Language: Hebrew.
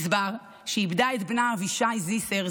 שאיבדה את בנה אבישי זיסר,